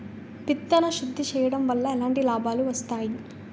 విత్తన శుద్ధి చేయడం వల్ల ఎలాంటి లాభాలు వస్తాయి?